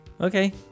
Okay